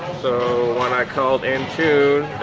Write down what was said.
so when i called in tune?